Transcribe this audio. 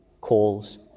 calls